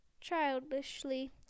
childishly